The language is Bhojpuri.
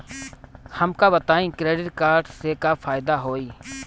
हमका बताई क्रेडिट कार्ड से का फायदा होई?